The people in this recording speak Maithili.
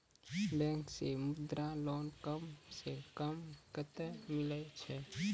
बैंक से मुद्रा लोन कम सऽ कम कतैय मिलैय छै?